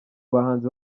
bahanzi